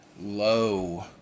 low